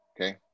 okay